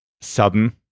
sudden